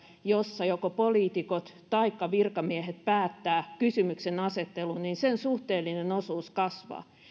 jossa joko poliitikot taikka virkamiehet päättävät kysymyksenasettelun suhteellinen osuus tieteen rahoituksesta